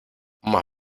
más